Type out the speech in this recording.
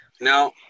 Now